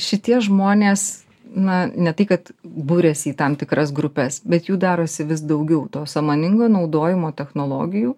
šitie žmonės na ne tai kad buriasi į tam tikras grupes bet jų darosi vis daugiau to sąmoningo naudojimo technologijų